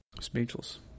speechless